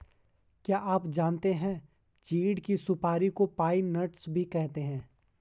क्या आप जानते है चीढ़ की सुपारी को पाइन नट्स भी कहते है?